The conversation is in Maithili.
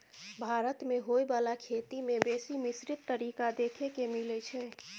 भारत मे होइ बाला खेती में बेसी मिश्रित तरीका देखे के मिलइ छै